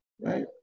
Right